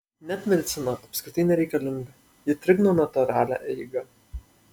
net medicina apskritai nereikalinga ji trikdo natūralią eigą